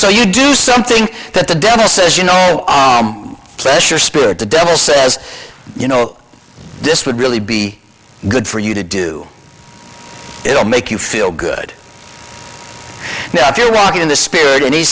so you do something that the devil says you know pleasure spirit the devil says you know this would really be good for you to do it will make you feel good now if you walk in the spirit and he